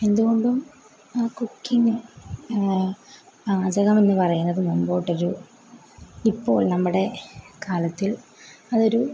എന്തുകൊണ്ടും കുക്കിംഗ് പാചകമെന്ന് പറയുന്നത് മുമ്പോട്ടൊരു ഇപ്പോൾ നമ്മുടെ കാലത്തിൽ അതൊരു